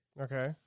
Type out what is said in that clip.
Okay